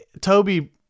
Toby